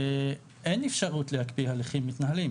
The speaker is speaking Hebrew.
אין אפשרות להקפיא הליכים מתנהלים.